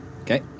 Okay